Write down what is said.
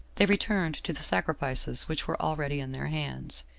they returned to the sacrifices which were already in their hands.